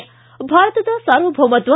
್ತು ಭಾರತದ ಸಾರ್ವಭೌಮತ್ವ